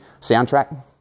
soundtrack